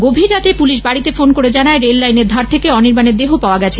গভীর রাতে পুলিশ বাড়িতে ফোন করে জানায় রেল লাইনের ধার থেকে অনির্বাণের দেহ পাওয়া গেছে